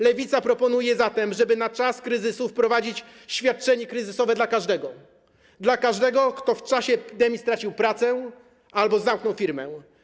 Lewica proponuje zatem, żeby na czas kryzysu wprowadzić świadczenie kryzysowe dla każdego, kto w czasie epidemii stracił pracę albo zamknął firmę.